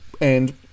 and-